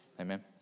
Amen